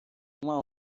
uma